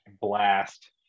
blast